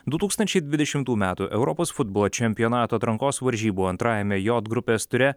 du tūkstančiai dvidešimtų metų europos futbolo čempionato atrankos varžybų antrajame j grupės ture